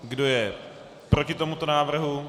Kdo je proti tomuto návrhu?